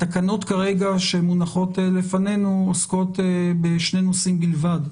התקנות שמונחות לפנינו עוסקות בשני נושאים בלבד,